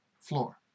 floor